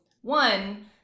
one